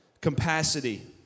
capacity